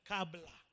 Kabla